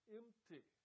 empty